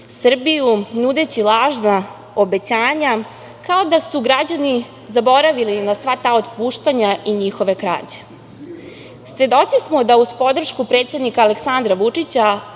Srbiju, nudeći lažna obećanja, kao da su građani zaboravili na sva ta otpuštanja i njihove krađe. Svedoci smo da je uz podršku predsednika Aleksandra Vučića,